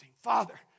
Father